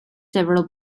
several